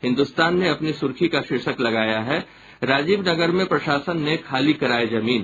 हिन्दुस्तान ने अपनी सुर्खी का शीर्षक लगाया है राजीव नगर में प्रशासन ने खाली कराये जमीन